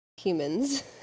humans